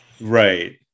Right